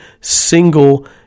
single